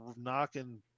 knocking